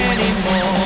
Anymore